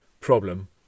problem